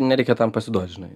nereikia tam pasiduot žinai